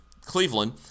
Cleveland